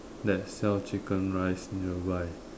that sells chicken rice nearby